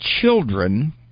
children